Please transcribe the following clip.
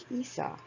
Esau